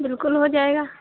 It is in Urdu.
بالکل ہو جائے گا